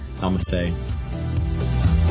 Namaste